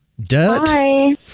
Dirt